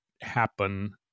happen